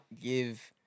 give